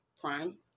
Prime